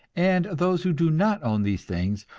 and those who do not own these things,